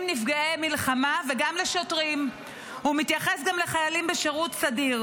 נפגעי מלחמה וגם לשוטרים ומתייחס גם לחיילים בשירות סדיר,